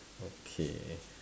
okay